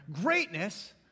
greatness